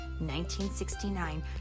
1969